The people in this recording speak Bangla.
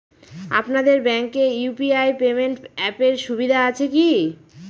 আপনাদের ব্যাঙ্কে ইউ.পি.আই পেমেন্ট অ্যাপের সুবিধা আছে কি?